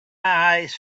eyes